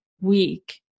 week